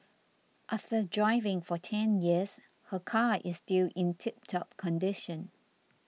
after driving for ten years her car is still in tiptop condition